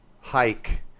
hike